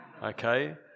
Okay